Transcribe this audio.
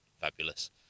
fabulous